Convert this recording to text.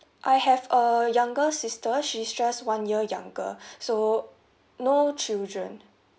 I have a younger sister she's just one year younger so no children